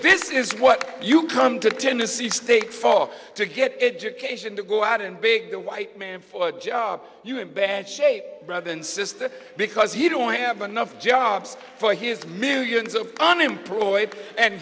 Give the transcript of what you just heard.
this is what you come to tennessee state for to get education to go out and big the white man for a job you in bad shape brother and sister because you don't have enough jobs for his millions of unemployed and